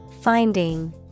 Finding